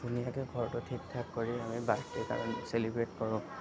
ধুনীয়াকৈ ঘৰটো ঠিক ঠাক কৰি আমি বাৰ্থডে পালন চেলিব্ৰেট কৰোঁ